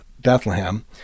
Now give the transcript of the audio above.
Bethlehem